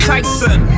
Tyson